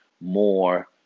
more